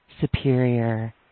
superior